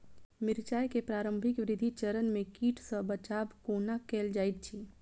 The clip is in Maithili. मिर्चाय केँ प्रारंभिक वृद्धि चरण मे कीट सँ बचाब कोना कैल जाइत अछि?